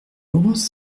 laurence